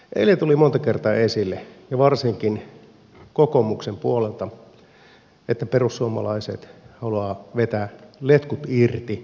eilen tuli monta kertaa esille ja varsinkin kokoomuksen puolelta että perussuomalaiset haluavat vetää letkut irti kreikasta